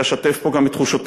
ואשתף פה גם את תחושותי,